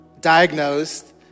diagnosed